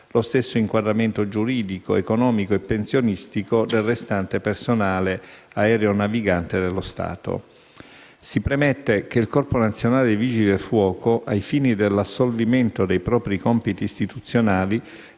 lo stesso inquadramento giuridico, economico e pensionistico del restante personale aeronavigante dello Stato. Si premette che il Corpo nazionale dei vigili del fuoco, ai fini dell'assolvimento dei propri compiti istituzionali,